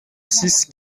six